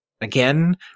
Again